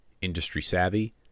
industry-savvy